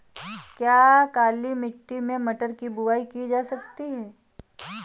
क्या काली मिट्टी में मटर की बुआई की जा सकती है?